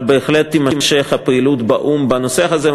אבל בהחלט תימשך הפעילות באו"ם בנושא הזה,